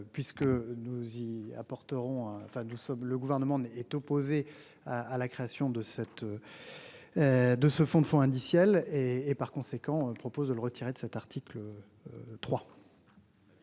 sommes le gouvernement est opposé à la création de cette. De ce fonds de fonds indiciels et et par conséquent propose de le retirer de cet article. 3.